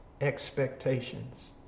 expectations